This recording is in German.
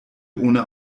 ohne